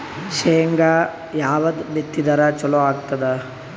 ಶೇಂಗಾ ಯಾವದ್ ಬಿತ್ತಿದರ ಚಲೋ ಆಗತದ?